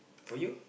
for you